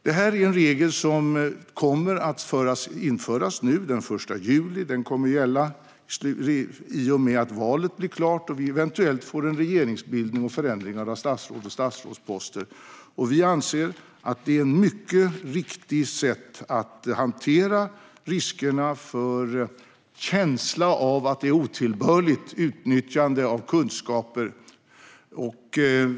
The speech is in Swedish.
Detta är en regel som kommer att införas den 1 juli. Den kommer att gälla i och med att valet blir klart och vi eventuellt får en regeringsombildning och förändringar av statsråd och statsrådsposter. Vi anser att detta är ett riktigt sätt att hantera riskerna för känsla av otillbörligt utnyttjande av kunskaper.